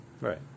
Right